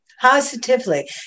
positively